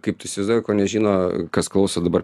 kaip tu įsivaizduoji ko nežino kas klauso dabar